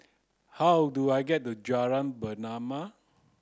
how do I get to Jalan Pernama